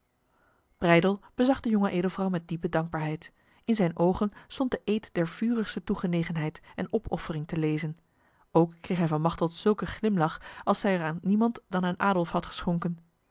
breydel bezag de jonge edelvrouw met diepe dankbaarheid in zijn ogen stond de eed der vurigste toegenegenheid en opoffering te lezen ook kreeg hij van machteld zulke glimlach als zij er aan niemand dan aan adolf had geschonken